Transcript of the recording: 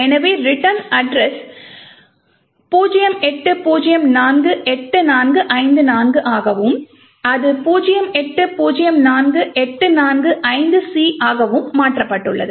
எனவே return address 08048454 ஆகவும் அது 0804845C ஆகவும் மாற்றப்பட்டுள்ளது